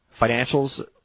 Financials